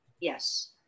Yes